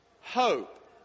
Hope